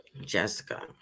jessica